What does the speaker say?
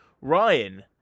Ryan